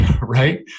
right